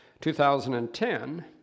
2010